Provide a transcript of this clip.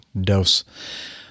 dose